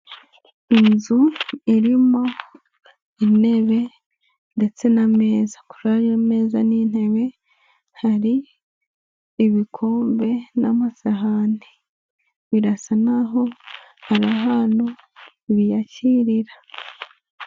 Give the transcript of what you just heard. Inzu irimo intebe ndetse n'ameza, kuri ayo meza n'intebe hari ibikombe n'amasahani, birasa n'aho ari ahantu biyakirira.